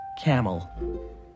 camel